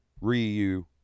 Ryu